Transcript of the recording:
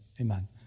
amen